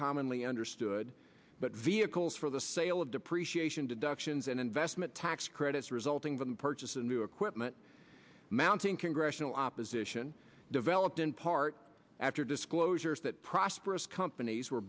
commonly understood but vehicles for the sale of depreciation deductions and investment tax credits resulting from the purchase a new equipment mounting congressional opposition developed in part after disclosures that prosperous companies were